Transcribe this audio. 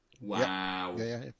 Wow